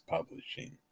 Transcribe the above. Publishing